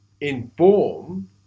inform